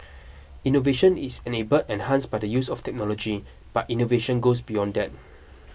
innovation is enabled and enhanced by the use of technology but innovation goes beyond that